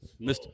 mr